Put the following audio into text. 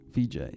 VJ